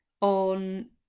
on